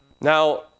Now